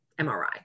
MRI